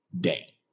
day